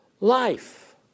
life